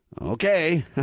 Okay